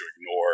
ignore